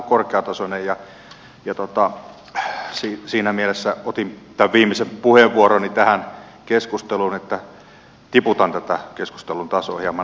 minusta tämä on ollut korkeatasoinen ja siinä mielessä otin tämän viimeisen puheenvuoroni tähän keskusteluun että tiputan tätä keskustelun tasoa hieman alemmas